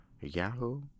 Yahoo